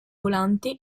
volante